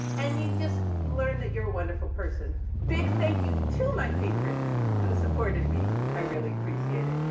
and you've just learned that you're a wonderful person. big thank you to my patrons who supported me. i really appreciate it.